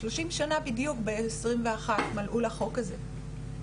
30 שנה בדיוק ב-21 מלאו לחוק הזה.